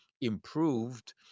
improved